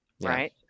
right